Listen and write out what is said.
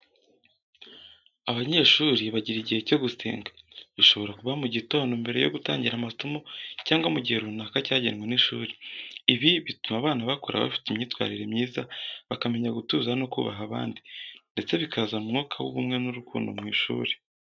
Abanyeshuri bagira igihe cyo gusenga, gishobora kuba mu gitondo mbere yo gutangira amasomo cyangwa mu gihe runaka cyagenwe n'ishuri. Ibi bituma abana bakura bafite imyitwarire myiza, bakamenya gutuza no kubaha abandi, ndetse bikazana umwuka w'ubumwe n'urukundo mu ishuri.